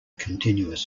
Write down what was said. continuous